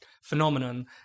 phenomenon